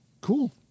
cool